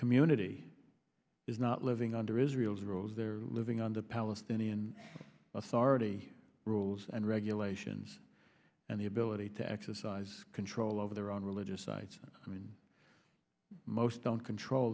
community is not living under israel's rules they're living under palestinian authority rules and regulations and the ability to exercise control over their own religious sites i mean most don't control